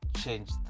change